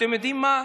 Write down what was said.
אתם יודעים מה,